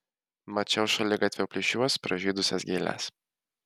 mačiau šaligatvio plyšiuos pražydusias gėles